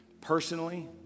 personally